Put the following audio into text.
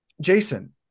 Jason